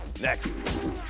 Next